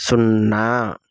సున్నా